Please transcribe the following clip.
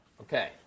Okay